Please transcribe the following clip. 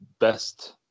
best